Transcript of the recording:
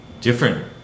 different